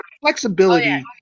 flexibility